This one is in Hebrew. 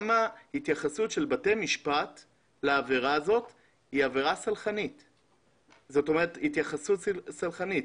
התייחסות בתי המשפט לעבירה הזו היא התייחסות סלחנית.